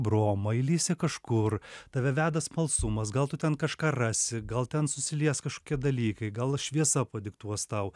bromą įlįsi kažkur tave veda smalsumas gal tu ten kažką rasi gal ten susilies kažkokie dalykai gal šviesa padiktuos tau